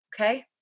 okay